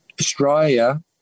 Australia